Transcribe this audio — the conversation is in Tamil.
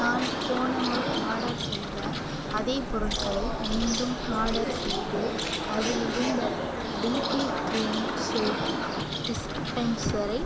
நான் போன முறை ஆர்டர் செய்த அதே பொருட்களை மீண்டும் ஆர்டர் செய்து அதிலிருந்த டிபி க்ரீம் சோப் டிஸ்பென்சரை